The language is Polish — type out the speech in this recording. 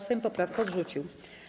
Sejm poprawkę odrzucił.